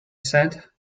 said